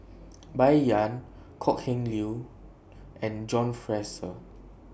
Bai Yan Kok Heng Leun and John Fraser